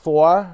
Four